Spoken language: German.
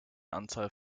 anzahl